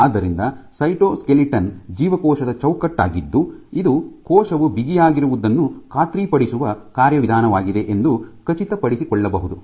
ಆದ್ದರಿಂದ ಸೈಟೋಸ್ಕೆಲಿಟನ್ ಜೀವಕೋಶದ ಚೌಕಟ್ಟಾಗಿದ್ದು ಇದು ಕೋಶವು ಬಿಗಿಯಾಗಿರುವುದನ್ನು ಖಾತ್ರಿಪಡಿಸುವ ಕಾರ್ಯವಿಧಾನವಾಗಿದೆ ಎಂದು ಖಚಿತಪಡಿಸಿಕೊಳ್ಳಬಹುದು